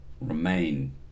remain